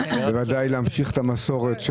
להמשיך את המסורת,